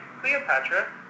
Cleopatra